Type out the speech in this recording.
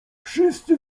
wszyscy